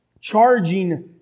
charging